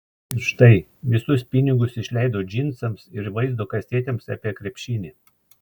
ir štai visus pinigus išleidau džinsams ir vaizdo kasetėms apie krepšinį